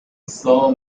saw